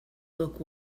look